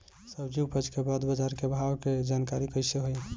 सब्जी उपज के बाद बाजार के भाव के जानकारी कैसे होई?